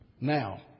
Now